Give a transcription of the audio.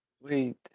Wait